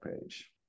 page